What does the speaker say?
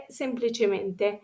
semplicemente